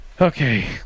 Okay